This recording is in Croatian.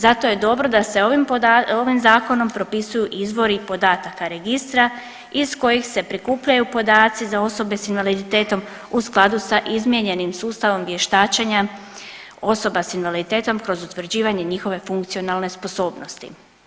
Zato je dobro da se ovim Zakonom propisuju izvori podataka Registra iz kojeg se prikupljaju podaci za osobe s invaliditetom, u skladu sa izmijenjenim sustavom vještačenja osoba s invaliditetom kroz utvrđivanje njihove funkcionalne sposobnosti.